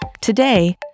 Today